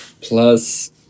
plus